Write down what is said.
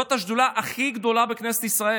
זאת השדולה הכי גדולה בכנסת ישראל,